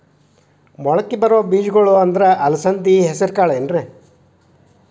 ಮಳಕಿ ಬರೋ ಬೇಜಗೊಳ್ ಅಂದ್ರ ಅಲಸಂಧಿ, ಹೆಸರ್ ಕಾಳ್ ಏನ್ರಿ?